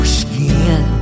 skin